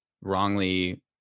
wrongly